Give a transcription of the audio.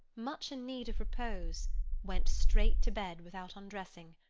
much in need of repose went straight to bed, without undressing,